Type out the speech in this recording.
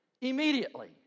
immediately